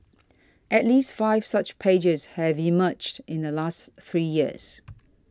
at least five such pages have emerged in the last three years